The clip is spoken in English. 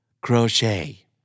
Crochet